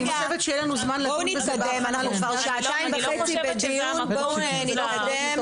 אנחנו כבר שעתיים וחצי בדיון, בואו נתקדם.